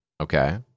Okay